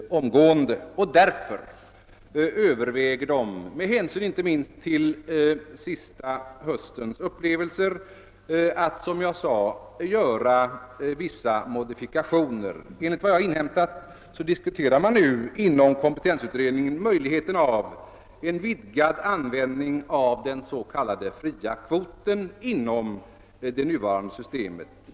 Den överväger därför, inte minst med hänsyn till höstens upplevelser, att göra vissa modifikationer i nu gällande regler. Enligt vad jag inhämtat diskuterar man nu inom kompetensutredningen möjligheten av en vidgad användning av den s.k. fria kvoten inom det nuvarande systemet.